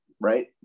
Right